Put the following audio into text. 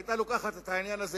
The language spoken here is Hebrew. היו לוקחים את העניין הזה